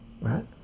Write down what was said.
right